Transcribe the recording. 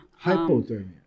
hypothermia